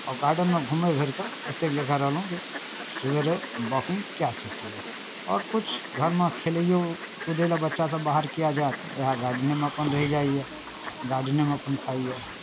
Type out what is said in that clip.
आओर गार्डनमे घूमै भरि कऽ ओतेक जगह रखलहुँ जे सवेरे वाकिंग कए सकी आओर किछु घरमे खेलैओ कूदय लेल बच्चासभ बाहर किएक जायत इएह गार्डनेमे अपन रहि जाइए गार्डनेमे अपन खाइए